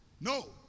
No